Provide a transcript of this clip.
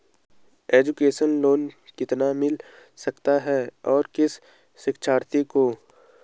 Education loan कितना मिल सकता है और किस शिक्षार्थी को?